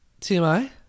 TMI